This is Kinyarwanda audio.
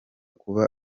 kuba